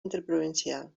interprovincial